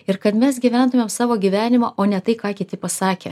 ir kad mes gyventumėm savo gyvenimą o ne tai ką kiti pasakė